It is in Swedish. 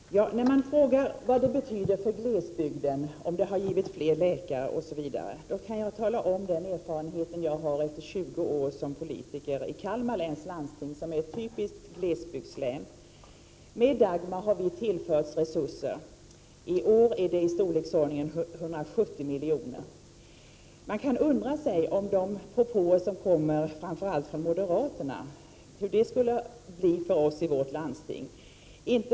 Herr talman! När man frågar vad Dagmarreformen betyder för glesbygden, om den har givit fler läkare osv., kan jag tala om den erfarenhet jag har efter 20 år som politiker i Kalmar läns landsting, som är ett typiskt glesbygdslän. Med Dagmarreformen har vi tillförts resurser. I år är de i storleksordningen 170 miljoner. Man kan undra hur det skulle bli för oss i vårt landsting med de propåer som kommer framför allt från moderaterna.